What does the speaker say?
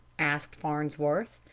asked farnsworth,